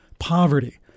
poverty